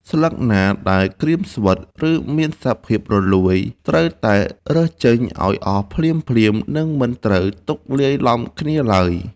ស្លឹកណាដែលក្រៀមស្វិត ឬមានសភាពរលួយត្រូវតែរើសចេញឱ្យអស់ភ្លាមៗ និងមិនត្រូវទុកលាយឡំគ្នាឡើយ។